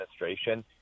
administration